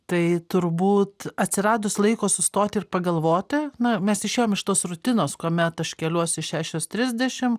tai turbūt atsiradus laiko sustoti ir pagalvoti na mes išėjom iš tos rutinos kuomet aš keliuosi šešios trisdešim